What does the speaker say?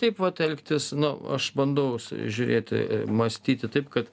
taip vat elgtis nu aš bandau žiūrėti mąstyti taip kad